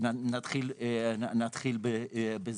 נתחיל בזה.